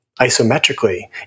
Isometrically